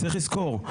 צריך לזכור,